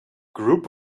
group